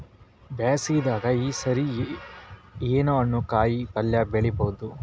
ಬ್ಯಾಸಗಿ ದಾಗ ಈ ಸರಿ ಏನ್ ಹಣ್ಣು, ಕಾಯಿ ಪಲ್ಯ ಬೆಳಿ ಬಹುದ?